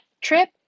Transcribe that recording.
trip